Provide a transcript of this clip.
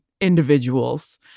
individuals